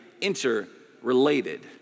interrelated